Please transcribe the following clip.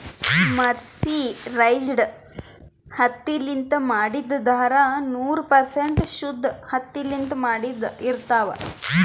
mercerized ಹತ್ತಿಲಿಂತ್ ಮಾಡಿದ್ದ್ ಧಾರಾ ನೂರ್ ಪರ್ಸೆಂಟ್ ಶುದ್ದ್ ಹತ್ತಿಲಿಂತ್ ಮಾಡಿದ್ದ್ ಇರ್ತಾವ್